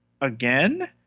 again